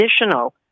additional